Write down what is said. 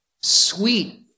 sweet